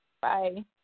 Bye